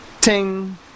ting